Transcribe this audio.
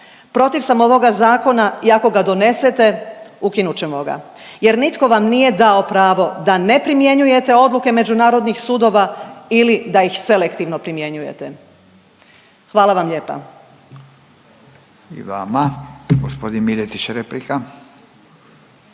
Protiv sam ovoga zakona i ako ga donesete ukinut ćemo ga jer nitko vam nije dao pravo da ne primjenjujete odluke međunarodnih sudova ili da ih selektivno primjenjujete. Hvala vam lijepa.